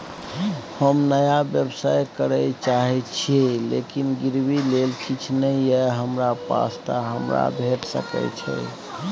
हम नया व्यवसाय करै चाहे छिये लेकिन गिरवी ले किछ नय ये हमरा पास त हमरा भेट सकै छै?